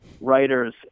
writers